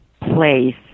place